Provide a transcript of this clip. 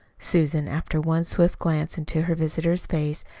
susan, after one swift glance into her visitor's face,